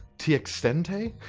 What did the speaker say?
t'extente?